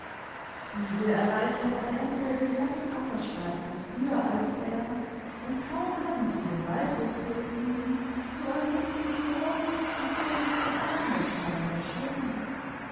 diese erreichen das ende des langen ackerstreifens früher als er und kaum haben sie den wald betreten so erhebt sich verworrenes gezänk durcheinander schallender stimmen